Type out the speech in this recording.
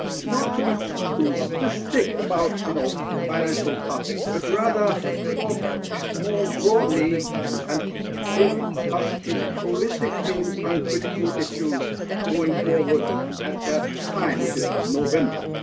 not to be too specific about you know financial topics, but rather talk more broadly and give us his holistic views on critical issues going forward at that time, which is november.